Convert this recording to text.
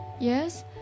yes